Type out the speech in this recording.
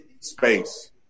space